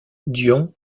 dion